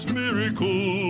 miracle